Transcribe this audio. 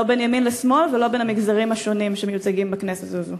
לא בין ימין לשמאל ולא בין המגזרים השונים שמיוצגים בכנסת הזאת?